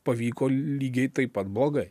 pavyko lygiai taip pat blogai